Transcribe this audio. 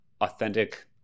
authentic